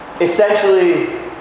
essentially